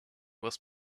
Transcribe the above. was